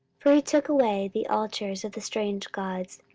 for he took away the altars of the strange gods,